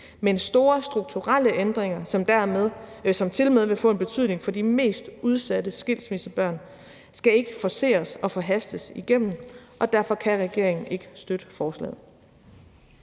Men store strukturelle ændringer, som tilmed vil få en betydning for de mest udsatte skilsmissebørn, skal ikke forceres og hastes igennem. Og derfor kan regeringen ikke støtte forslaget.